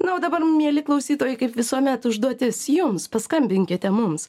na o dabar mieli klausytojai kaip visuomet užduotis jums paskambinkite mums